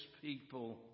people